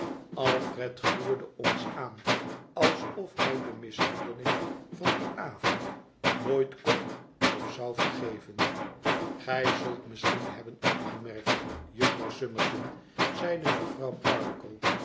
alfred gluurde ons aan alsof hij de mishandeling van dien avond nooit kon of zou vergeven gij zult misschien hebben opgemerkt jufvrouw summerson zeide mevrouw pardiggle